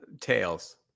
Tails